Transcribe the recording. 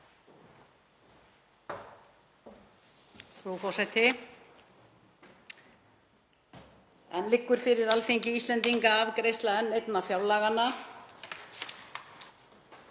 Frú forseti. Enn liggur fyrir Alþingi Íslendinga afgreiðsla enn einna fjárlaganna,